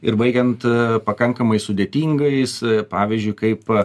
ir baigiant pakankamai sudėtingais pavyzdžiui kaip